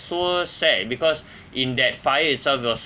so sad because in that fire itself it was